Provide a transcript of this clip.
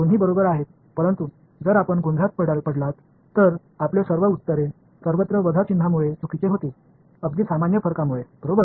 दोन्ही बरोबर आहेत परंतु जर आपण गोंधळात पडलात तर आपले सर्व उत्तरे सर्वत्र वजा चिन्हामुळे चुकीचे होतील अगदी सामान्य फरकामुळे बरोबर